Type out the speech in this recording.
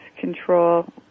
control